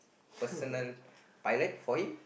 personal pilot for him